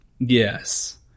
Yes